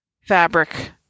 fabric